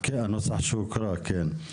הנוסח שהוקרא, כן.